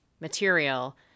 material